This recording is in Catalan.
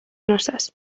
noces